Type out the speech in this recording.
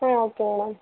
ம் ஓகேங்க மேம்